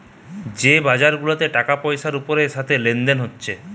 যে বাজার গুলাতে টাকা পয়সার ওপরের সাথে লেনদেন হতিছে